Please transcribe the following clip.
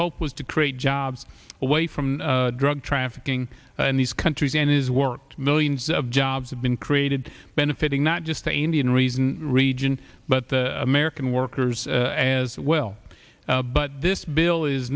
hope was to create jobs away from drug trafficking in these countries and it is worked millions of jobs have been created benefiting not just the indian reason region but the american workers as well but this bill is